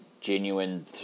genuine